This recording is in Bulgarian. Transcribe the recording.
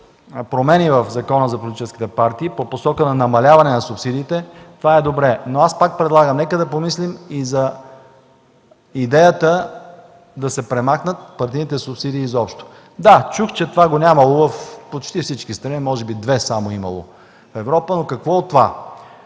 промени в Закона за политическите партии по посока на намаляване на субсидиите, това е добре. Аз обаче пак предлагам да помислим върху идеята да се премахнат партийните субсидии изобщо. Да, чух, че това го нямало в почти всички страни, може би само в две от Европа, но какво от това?!